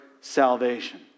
salvation